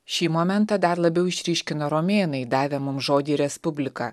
šį momentą dar labiau išryškino romėnai davę mums žodį respublika